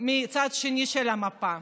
מהצד השני של המפה.